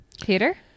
Peter